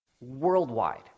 worldwide